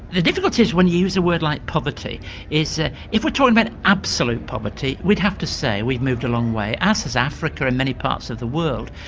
the difficulty is when you use a word like poverty is, ah if we're talking about absolute poverty, we'd have to say we've moved a long way. as has africa and many parts of the world.